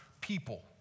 people